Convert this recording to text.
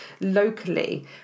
locally